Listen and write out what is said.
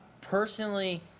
Personally